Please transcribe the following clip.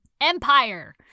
Empire